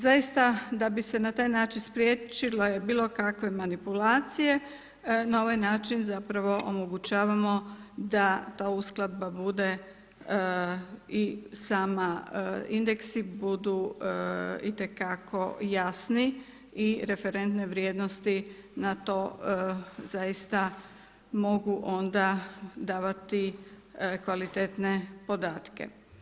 Zaista, da bi se na taj način spriječile bilo kakve manipulacije, na ovaj način zapravo omogućava da ta uskladba bude i sama indeksi budu itekako jasni i referentne vrijednosti na to zaista mogu onda davati kvalitetne podatke.